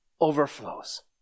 overflows